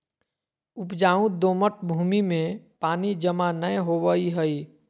उपजाऊ दोमट भूमि में पानी जमा नै होवई हई